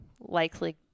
likely